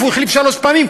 הוא החליף שלוש פעמים,